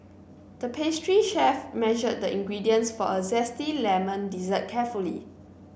the pastry chef measured the ingredients for a zesty lemon dessert carefully